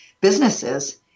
businesses